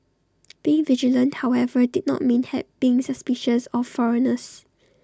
being vigilant however did not mean have being suspicious of foreigners